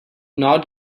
not